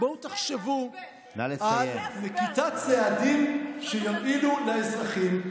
בואו תחשבו על נקיטת צעדים שיועילו לאזרחים,